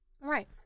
Right